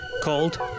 called